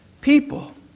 people